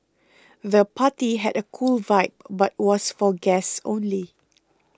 the party had a cool vibe but was for guests only